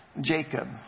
Jacob